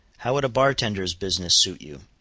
how would a bar-tender's business suit you?